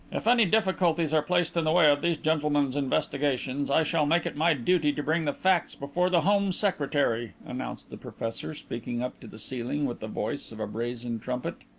if any difficulties are placed in the way of these gentlemen's investigations, i shall make it my duty to bring the facts before the home secretary, announced the professor speaking up to the ceiling with the voice of a brazen trumpet.